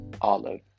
Olive